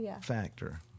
factor